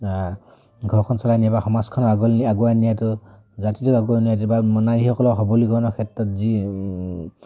ঘৰখন চলাই নিয়ে বা সমাজখন আগুৱাই আগুৱাই নিয়াটো জাতিটো আগুৱাই নিয়াটো বা নাৰীসকলৰ সবলীকৰণৰ ক্ষেত্ৰত যি